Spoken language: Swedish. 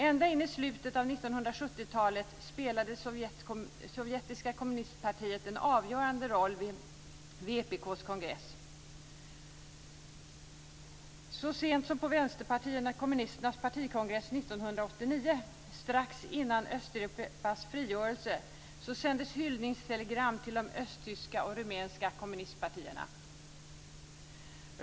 Ända in på slutet av 1970-talet spelade det sovjetiska kommunistpartiet en avgörande roll vid vpk:s kongress. Så sent som på Vänsterpartiet kommunisternas partikongress 1989 - strax innan Östeuropas frigörelse - sändes hyllningstelegram till de östtyska och rumänska kommunistpartierna.